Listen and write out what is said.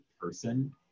person